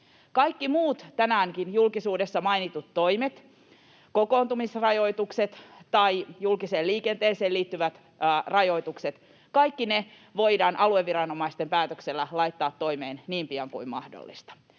Kaikki muut, tänäänkin julkisuudessa mainitut toimet, kokoontumisrajoitukset tai julkiseen liikenteeseen liittyvät rajoitukset, voidaan alueviranomaisten päätöksellä laittaa toimeen niin pian kuin mahdollista.